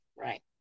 Right